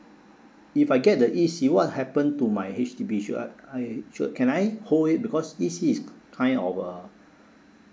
if I get the E_C what happen to my H_D_B should I I should can I hold it because E_C is kind of uh